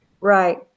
Right